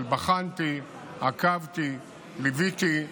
אבל בחנתי, עקבתי, ליוויתי,